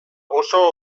oso